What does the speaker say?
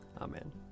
Amen